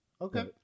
Okay